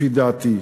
לפי דעתי,